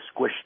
squished